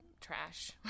trash